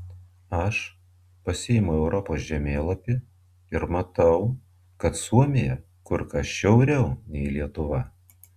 aš pasiimu europos žemėlapį ir matau kad suomija kur kas šiauriau nei lietuva